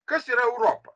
kas yra europa